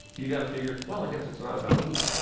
you've got to figure, well, i guess it's not about me.